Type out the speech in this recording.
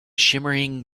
shimmering